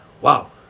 Wow